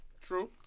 True